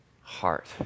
heart